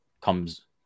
comes